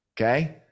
Okay